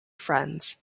friends